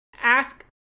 ask